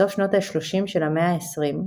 בסוף שנות ה-30 של המאה ה-20,